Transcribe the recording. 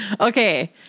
Okay